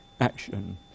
action